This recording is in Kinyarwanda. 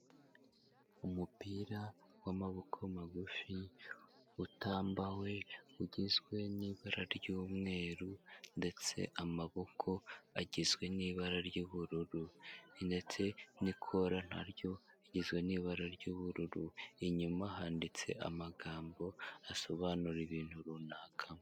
Umupira w'amaboko magufi utambawe ugizwe n'ibara ry'umweru ndetse amaboko agizwe n'ibara ry'ubururu ndetse n'ikora na ryo rigizwe n'ibara ry'ubururu, inyuma handitse amagambo asobanura ibintu runaka.